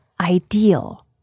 ideal